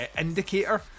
indicator